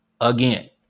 Again